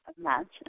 Imagine